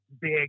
big